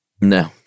No